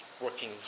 working